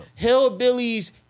Hillbillies